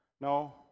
No